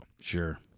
Sure